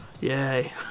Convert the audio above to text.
Yay